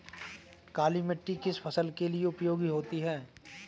काली मिट्टी किस फसल के लिए उपयोगी होती है?